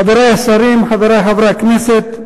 חברי השרים, חברי חברי הכנסת,